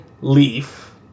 leaf